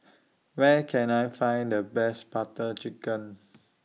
Where Can I Find The Best Butter Chicken